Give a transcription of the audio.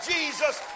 Jesus